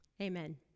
Amen